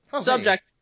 Subject